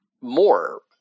more